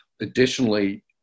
Additionally